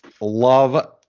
Love